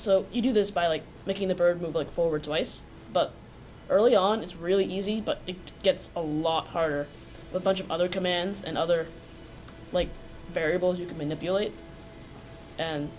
so you do this by like making the bird book forward twice but early on it's really easy but it gets a lot harder a bunch of other commands and other like variables you can manipulate